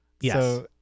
Yes